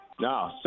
No